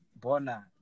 Bona